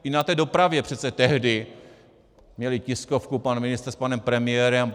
I na té dopravě přece tehdy měli tiskovku pan ministr s panem premiérem.